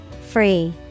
Free